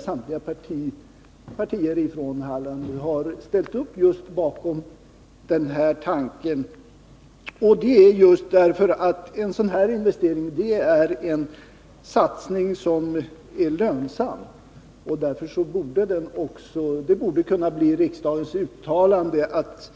Samtliga partier i Halland har ställt upp bakom motionens syfte, just därför att en sådan här investering är en lönsam satsning . Därför borde också riksdagen kunna uttala att